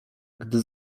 gdy